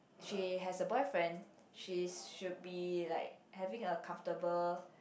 she has a boyfriend she should be like having a comfortable